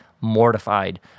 mortified